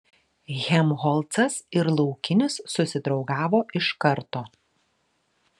helmholcas ir laukinis susidraugavo iš karto